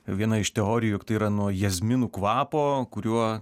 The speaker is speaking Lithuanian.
viena iš teorijų jog tai yra nuo jazminų kvapo kuriuo